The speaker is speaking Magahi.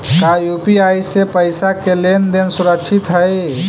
का यू.पी.आई से पईसा के लेन देन सुरक्षित हई?